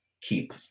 keep